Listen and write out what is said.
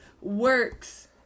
works